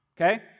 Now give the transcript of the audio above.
okay